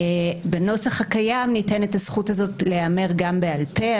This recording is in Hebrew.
בנוסח הקיים ניתנת הזכות הזאת להיאמר גם בעל פה.